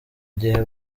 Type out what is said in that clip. gihe